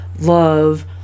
love